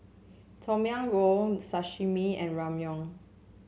Tom Yam Goong Sashimi and Ramyeon